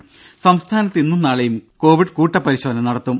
ദേദ സംസ്ഥാനത്ത് ഇന്നും നാളെയും കോവിഡ് കൂട്ടപരിശോധന നടത്തും